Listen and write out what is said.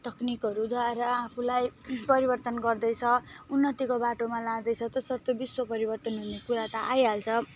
तक्निकहरूद्वारा आफूलाई परिवर्तन गर्दैछ उन्नतिको बाटोमा लाँदैछ तसर्थ विश्व परिवर्तन हुने कुरा त आइहाल्छ